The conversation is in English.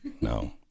No